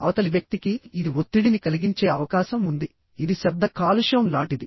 అవతలి వ్యక్తికి ఇది ఒత్తిడిని కలిగించే అవకాశం ఉంది ఇది శబ్ద కాలుష్యం లాంటిది